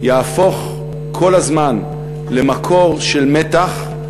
יהפוך להיות כל הזמן מקור של מתח,